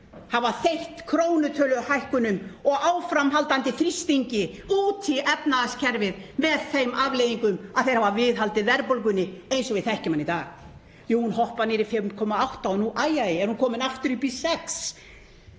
hefur þeytt krónutöluhækkunum og áframhaldandi þrýstingi út í efnahagskerfið með þeim afleiðingum að viðhalda verðbólgunni eins og við þekkjum hana í dag. Jú, hún hoppar niður í 5,8%. Æ, er hún komin aftur upp í 6%?